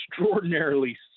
extraordinarily